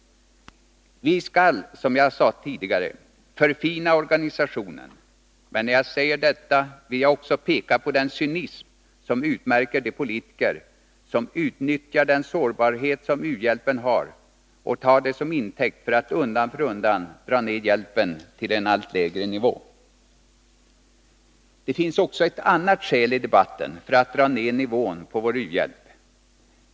Vi skall, som jag sade tidigare, förfina organisationen, men när jag säger detta vill jag också peka på den cynism som utmärker de politiker som utnyttjar den sårbarhet som u-hjälpen har och tar den till intäkt för att undan för undan dra ned hjälpen till en allt lägre nivå. Det finns också ett annat skäl i debatten för att dra ned nivån på vår u-hjälp.